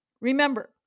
Remember